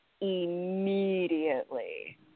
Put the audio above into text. immediately